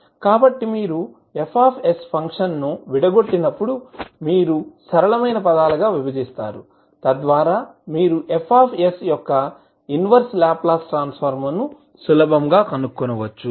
కాబట్టి మీరు F ఫంక్షన్ను విడగొట్టినప్పుడు మీరు సరళమైన పదాలుగా విభజిస్తారు తద్వారా మీరు F యొక్క ఇన్వర్స్ లాప్లాస్ ట్రాన్స్ ఫార్మ్ ను సులభంగా కనుగొనవచ్చు